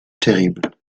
terrible